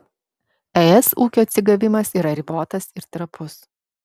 es ūkio atsigavimas yra ribotas ir trapus